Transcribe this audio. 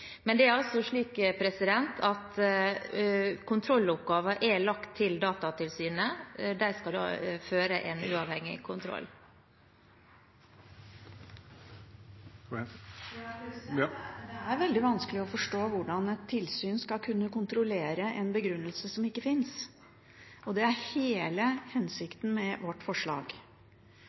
er lagt til Datatilsynet. De skal føre en uavhengig kontroll. Det er veldig vanskelig å forstå hvordan et tilsyn skal kunne kontrollere en begrunnelse som ikke finnes, og det er hele hensikten med vårt forslag.